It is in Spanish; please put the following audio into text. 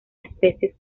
especies